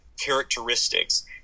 characteristics